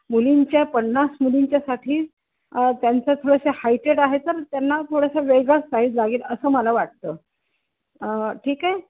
मुलींच्या पन्नास मुलींच्यासाठी त्यांचं थोडंस हायटेड आहे तर त्यांना थोडंस वेगळाच साईज लागेल असं मला वाटतं ठीक आहे